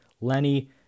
Lenny